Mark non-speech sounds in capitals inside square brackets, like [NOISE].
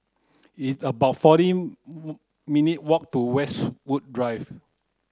it's about fourteen [UNINTELLIGIBLE] minute' walk to Westwood Drive